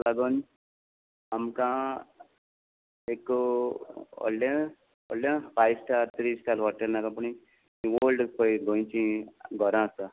तेका लागोन आमकां एक व्हडलें व्हडलें five star three star hotel नाका पूण एक तीं ओल्ड पळय गोंयचीं घरां आसात